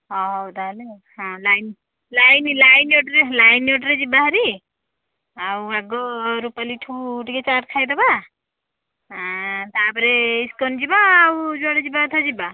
ହଉ ତାହେଲେ ଆଉ ହଁ line line line auto line auto ରେ ଯିବା ହେରି ଆଉ ଆଗ ରୂପାଲୀ ଠୁ ଟିକେ ଚାଟ ଖାଇଦେବା ତାପରେ ଇସ୍କନ ଯିବା ଆଉ ଯୁଆଡ଼େ ଯିବା କଥା ଯିବା